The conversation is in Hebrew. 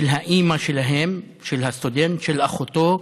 של האימא שלהם, של הסטודנט, של אחותו,